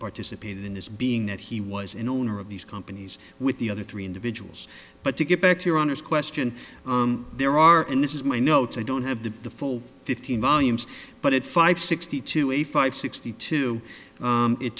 participated in this being that he was an owner of these companies with the other three individuals but to get back to your honor's question there are and this is my notes i don't have the full fifteen volumes but it five sixty to eighty five sixty two